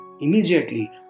immediately